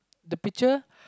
the picture